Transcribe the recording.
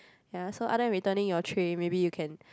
ya so other than returning your tray maybe you can